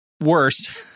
worse